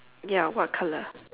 ya what color